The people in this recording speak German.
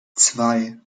zwei